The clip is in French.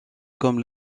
comme